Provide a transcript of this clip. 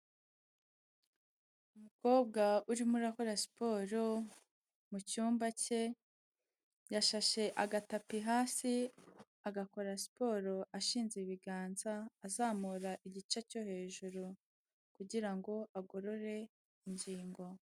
Umukobwa urimo urakora siporo mu cyumba cye, yashashe agatapi hasi, agakora siporo ashinze ibiganza, azamura igice cyo hejuru kugira ngo agorore ingingo.